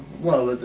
well,